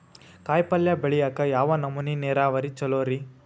ಕಾಯಿಪಲ್ಯ ಬೆಳಿಯಾಕ ಯಾವ ನಮೂನಿ ನೇರಾವರಿ ಛಲೋ ರಿ?